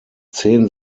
zehn